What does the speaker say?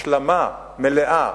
השלמה מלאה,